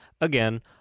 again